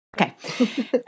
okay